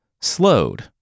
slowed